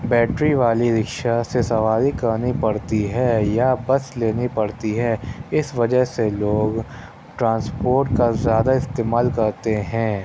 battery والی rickshaw سے سواری کرنی پڑتی ہے یا بس لینی پڑتی ہے اِس وجہ سے لوگ ٹرانسپورٹ کا زیادہ استعمال کرتے ہیں